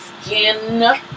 skin